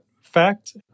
fact